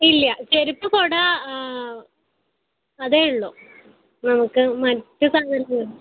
ഇല്ല ചെരുപ്പ് കുട അതേ ഉള്ളൂ നമുക്ക് മറ്റ് സംഗതി